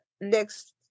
next